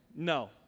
no